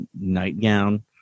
nightgown